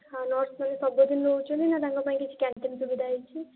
ଖାନା ସବୁଦିନ ପାଇଁ ଅଛି ନା ତାଙ୍କ ପାଇଁ କିଛି କ୍ୟାଣ୍ଟିନ ସୁବିଧା ଅଛି